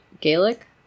Gaelic